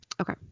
Okay